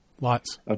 Lots